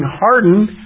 hardened